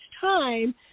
time